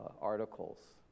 articles